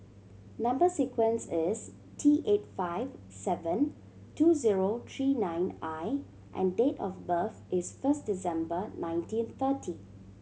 number sequence is T eight five seven two zero three nine I and date of birth is first December nineteen thirty